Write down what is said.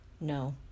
No